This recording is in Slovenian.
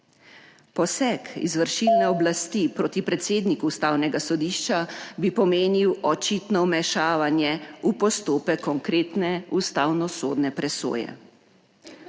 Poseg izvršilne oblasti proti predsedniku Ustavnega sodišča bi pomenil očitno vmešavanje v postopek konkretne ustavnosodne presoje.